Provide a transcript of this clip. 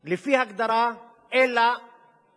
לפי הגדרה, אלא